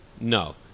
no